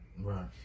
Right